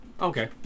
Okay